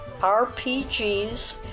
RPGs